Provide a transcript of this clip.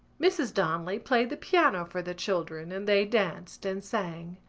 mrs. donnelly played the piano for the children and they danced and sang.